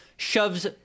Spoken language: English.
Shoves